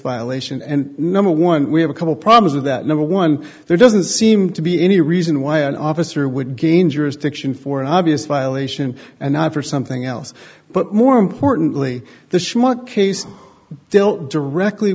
violation and number one we have a couple problems with that number one there doesn't seem to be any reason why an officer would gain jurisdiction for an obvious violation and not for something else but more importantly the shmuck case dealt directly